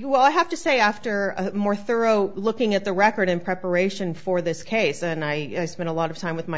well i have to say after a more thorough looking at the record in preparation for this case and i spent a lot of time with my